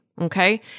Okay